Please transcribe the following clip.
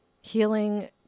Healing